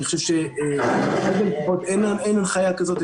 אני חושב שכרגע לפחות אין הנחייה כזאת.